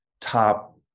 top